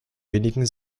wenigen